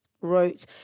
wrote